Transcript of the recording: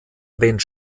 erwähnt